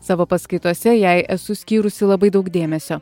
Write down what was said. savo paskaitose jai esu skyrusi labai daug dėmesio